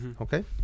Okay